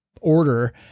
order